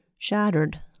Shattered